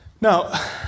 Now